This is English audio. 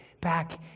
back